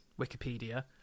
Wikipedia